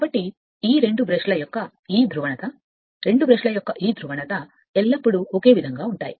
కాబట్టి ఈ రెండు బ్రష్ల యొక్క ఈ ధ్రువణత రెండు బ్రష్లు యొక్క ఈ ధ్రువణత ఎల్లప్పుడూ సమానంగా ఉంటాయి